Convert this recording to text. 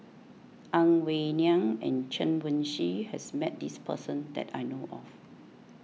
Ang Wei Neng and Chen Wen Hsi has met this person that I know of